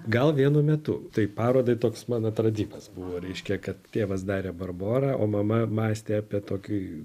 gal vienu metu tai parodai toks mano atradimas buvo reiškia kad tėvas darė barborą o mama mąstė apie tokį